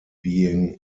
being